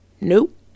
Nope